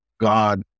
God